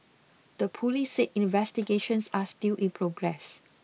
the police said investigations are still in progress